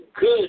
good